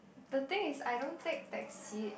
the thing is I don't take taxi